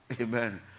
Amen